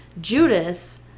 Judith